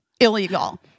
Illegal